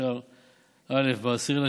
ב-10 בספטמבר,